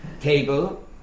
table